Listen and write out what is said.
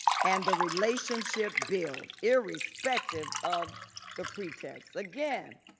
and the relationship built irrespective of the pretax. again,